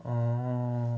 嗯